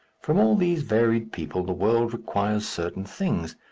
from all these varied people the world requires certain things,